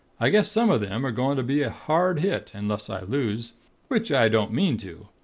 i guess some of them are going to be hard hit, unless i lose which i don't mean to.